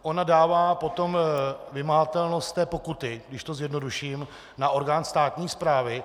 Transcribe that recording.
Ona dává potom vymahatelnost pokuty, když to zjednoduším, na orgán státní správy.